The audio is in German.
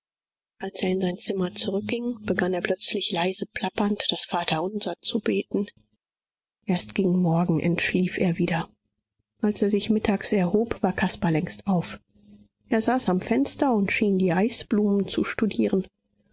als er in sein zimmer zurückging begann er plötzlich leise plappernd das vaterunser zu beten erst gegen morgen entschlief er wieder als er sich mittags erhob war caspar längst auf er saß am fenster und schien die eisblumen zu studieren